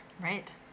Right